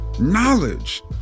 Knowledge